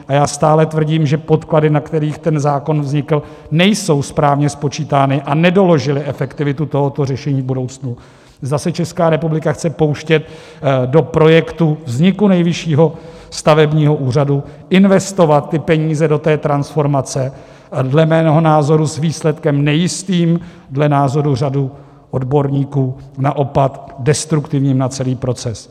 A já stále tvrdím, že podklady, na kterých ten zákon vznikl, nejsou správně spočítány a nedoložily efektivitu tohoto řešení v budoucnu, zda se Česká republika chce pouštět do projektu vzniku Nejvyššího stavebního úřadu, investovat peníze do transformace dle mého názoru s výsledkem nejistým, dle názoru řady odborníků naopak destruktivním na celý proces.